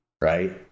right